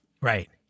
Right